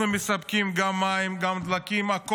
אנחנו מספקים גם מים, גם דלקים, הכול.